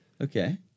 Okay